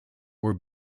were